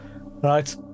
right